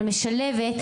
אבל משלבת,